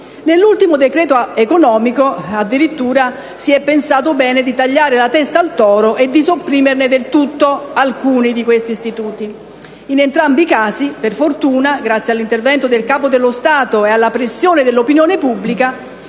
approvato dal Governo addirittura si è pensato bene di tagliare la testa al toro e di sopprimerne del tutto alcuni. In entrambi i casi per fortuna - grazie all'intervento del Capo dello Stato e alla pressione dell'opinione pubblica